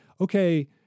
okay